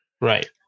right